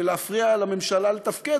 ולהפריע לממשלה לתפקד.